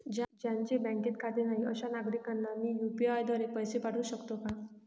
ज्यांचे बँकेत खाते नाही अशा नागरीकांना मी यू.पी.आय द्वारे पैसे पाठवू शकतो का?